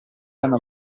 hanno